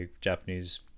Japanese